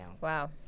Wow